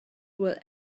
will